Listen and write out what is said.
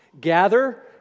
gather